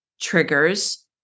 triggers